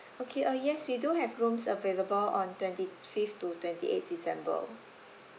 okay uh yes we do have rooms available on twenty fifth to twenty eight december